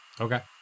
Okay